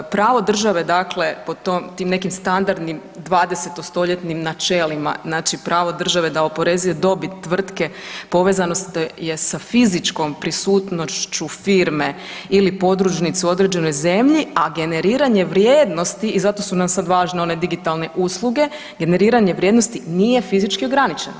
Pravo države dakle po tim nekim standardnim 20-stoljetnim načelima, znači pravo države da oporezuje dobit tvrtke povezano je sa fizičkom prisutnošću firme ili podružnicu u određenoj zemlji, a generiranje vrijednosti i zato su nam sad važne one digitalne usluge, generiranje vrijednosti nije fizički ograničeno.